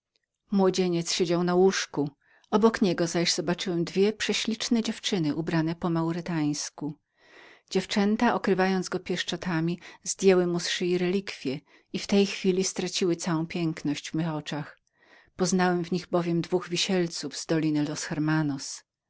młodzieniec siedział na łóżku obok niego zaś siedziały dwie prześliczne dziewczyny ubrane po maurytańsku dziewczęta okrywając go pieszczotami zdjęły mu z szyi relikwie i w tej chwili straciły całą piękność w mych oczach poznałem w nich bowiem dwóch wisielców z doliny los hermanos